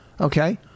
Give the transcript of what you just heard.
Okay